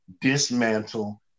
dismantle